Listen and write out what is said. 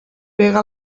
pega